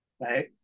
right